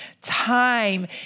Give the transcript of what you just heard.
time